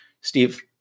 Steve